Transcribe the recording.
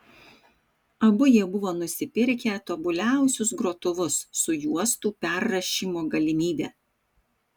abu jie buvo nusipirkę tobuliausius grotuvus su juostų perrašymo galimybe